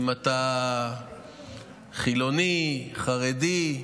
אם אתה חילוני, חרדי,